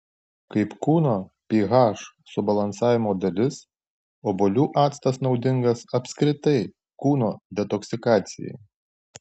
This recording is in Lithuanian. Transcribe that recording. kaip kūno ph subalansavimo dalis obuolių actas naudingas apskritai kūno detoksikacijai